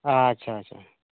ᱟᱪᱪᱷᱟ ᱟᱪᱪᱷᱟ